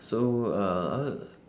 so uh